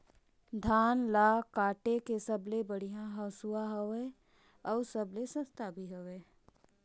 धान ल काटे के सबले बढ़िया हंसुवा हवये? अउ सबले सस्ता भी हवे?